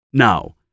Now